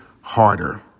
Harder